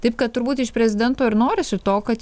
taip kad turbūt iš prezidento ir norisi to kad